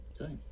Okay